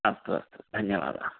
अस्तु अस्तु धन्यवादः